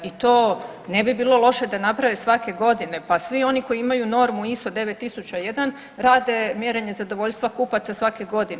I to ne bi bilo loše da naprave svake godine, pa svi oni koji imaju normu ISO9001 rade mjerenje zadovoljstva kupaca svake godine.